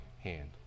hand